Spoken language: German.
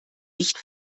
nicht